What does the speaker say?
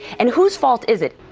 and whose fault is it?